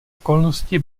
okolnosti